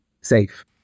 safe